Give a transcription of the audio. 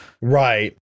Right